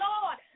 Lord